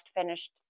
finished